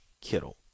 Kittle